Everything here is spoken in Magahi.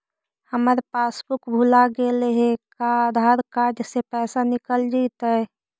हमर पासबुक भुला गेले हे का आधार कार्ड से पैसा निकल जितै?